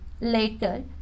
later